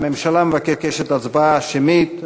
הממשלה מבקשת הצבעה שמית.